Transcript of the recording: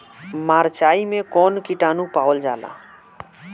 मारचाई मे कौन किटानु पावल जाला?